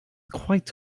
quite